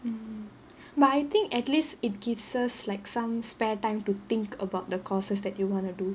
but I think at least it gives us like some spare time to think about the courses that you wanna do